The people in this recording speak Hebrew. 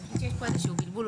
אני חושבת שיש פה איזשהו בלבול.